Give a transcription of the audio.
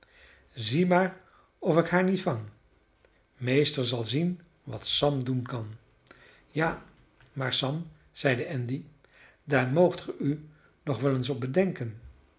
zie maar of ik haar niet vang meester zal zien wat sam doen kan ja maar sam zeide andy daar moogt ge u nog wel eens op bedenken